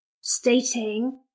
stating